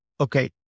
Okay